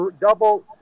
double